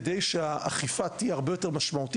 על מנת שהאכיפה תהיה הרבה יותר משמעותית,